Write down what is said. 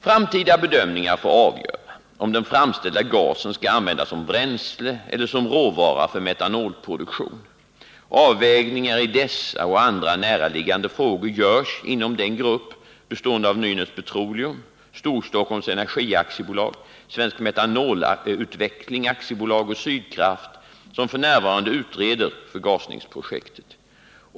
Framtida bedömningar får avgöra om den framställda gasen skall användas som bränsle eller som råvara för metanolproduktion. Avvägningar i dessa och andra näraliggande frågor görs inom den grupp bestående av Nynäs Petroleum, Stor-Stockholms Energi AB, Svensk Metanolutveckling AB och Sydkraft som f. n. utreder förgasningsprojektet.